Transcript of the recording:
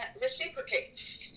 reciprocate